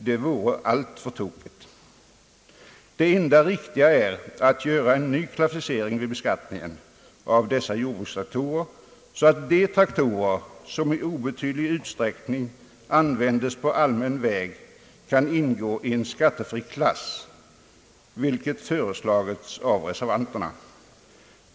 Det vore alltför tokigt. Det enda riktiga är att göra en ny klassificering vid beskattningen av jordbrukstraktorer så att de traktorer som i obetydlig utsträckning används på allmän väg kan ingå i en skattefri klass, vilket har föreslagits av reservanterna.